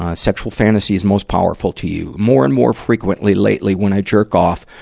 ah sexual fantasies most powerful to you more and more frequently lately, when i jerk off,